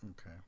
Okay